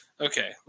Okay